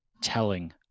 telling